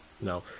No